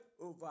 over